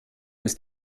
ist